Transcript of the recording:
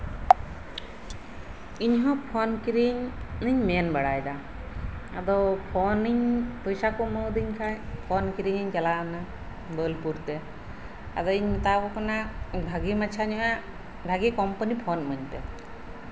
ᱤᱧ ᱦᱚᱸ ᱯᱷᱳᱱ ᱠᱤᱨᱤᱧ ᱫᱩᱧ ᱢᱮᱱ ᱵᱟᱲᱟᱭᱮᱫᱟ ᱟᱫᱚ ᱯᱷᱳᱱᱤᱧ ᱯᱚᱭᱥᱟ ᱠᱚ ᱮᱢᱟᱣᱟᱫᱤᱧ ᱠᱷᱟᱡ ᱯᱷᱳᱱ ᱠᱤᱨᱤᱧᱤᱧ ᱪᱟᱞᱟᱣᱮᱱᱟ ᱵᱳᱞᱯᱩᱨ ᱛᱮ ᱟᱫᱚᱧ ᱢᱮᱛᱟᱣᱟᱠᱚ ᱠᱟᱱᱟ ᱵᱷᱟ ᱜᱤ ᱢᱟᱪᱷᱟ ᱧᱚᱜᱼᱟᱜ ᱵᱷᱟ ᱜᱤ ᱠᱳᱢᱯᱟᱱᱤ ᱯᱷᱳᱱ ᱤᱢᱟᱹᱧ ᱯᱮ